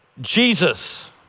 Jesus